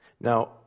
Now